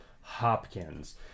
Hopkins